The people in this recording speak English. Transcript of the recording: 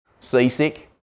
Seasick